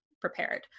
prepared